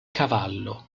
cavallo